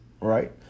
right